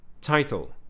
Title